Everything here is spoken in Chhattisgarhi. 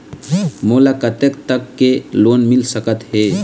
मोला कतेक तक के लोन मिल सकत हे?